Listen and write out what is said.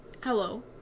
Hello